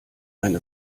eine